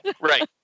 right